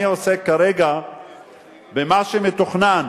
אני עוסק כרגע במה שמתוכנן,